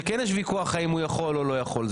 שכן יש ויכוח האם הוא יכול או לא יכול,